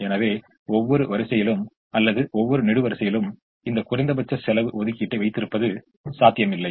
எனவே ஒவ்வொரு வரிசையிலும் அல்லது ஒவ்வொரு நெடுவரிசையிலும் இந்த குறைந்தபட்ச செலவு ஒதுக்கீட்டை வைத்திருப்பது சாத்தியமில்லை